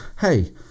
hey